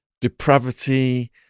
depravity